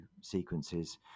sequences